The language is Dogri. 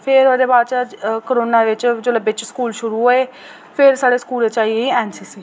फिर ओह्दे बाच कोरोना बिच जेल्लै स्कूल शुरू होये फिर साढ़े स्कूल च आई गेई एन सी सी